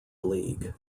league